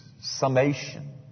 summation